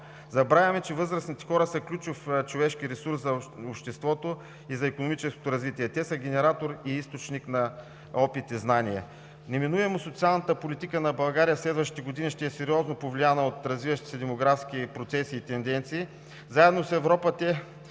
Забравяме, че възрастните хора са ключов човешки ресурс за обществото и за икономическото развитие. Те са генератор и източник на опит и знания. Неминуемо социалната политика на България в следващите години ще е сериозно повлияна от развиващите се демографски процеси и тенденции. Заедно с Европа –